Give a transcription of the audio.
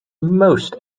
most